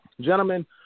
gentlemen